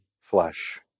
flesh